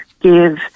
give